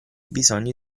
bisogni